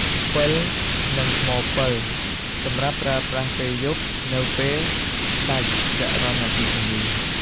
ពិល និងថ្មពិល សម្រាប់ប្រើប្រាស់ពេលយប់ ឬពេលដាច់ចរន្តអគ្គិសនី។